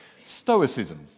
Stoicism